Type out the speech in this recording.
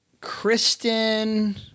Kristen